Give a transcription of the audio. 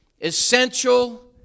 essential